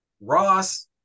Ross